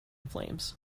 flames